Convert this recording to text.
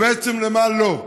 ובעצם למה לא.